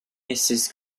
mrs